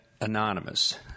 Anonymous